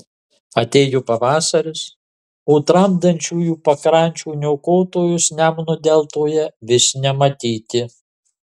atėjo pavasaris o tramdančiųjų pakrančių niokotojus nemuno deltoje vis nematyti